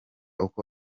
uko